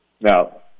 Now